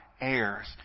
heirs